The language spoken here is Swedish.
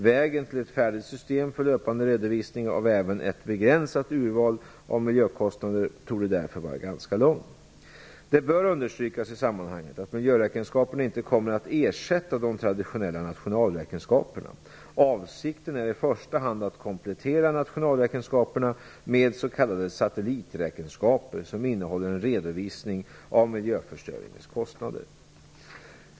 Vägen till ett färdigt system för löpande redovisning av även ett begränsat urval av miljökostnader torde därför vara ganska lång Det bör i sammanhanget understrykas att miljöräkenskaperna inte kommer att ersätta de traditionella nationalräkenskaperna. Avsikten är i första hand att komplettera nationalräkenskaperna med s.k. satelliträkenskaper, som innehåller en redovisning av miljöförstöringens kostnader.